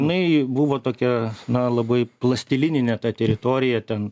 jinai buvo tokia na labai plastilininė ta teritorija ten